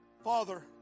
Father